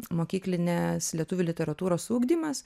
mokyklinės lietuvių literatūros ugdymas